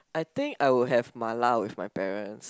I think I would have mala with my parents